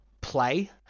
play